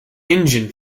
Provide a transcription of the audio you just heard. engine